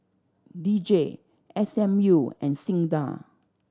D J S M U and SINDA